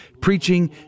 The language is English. preaching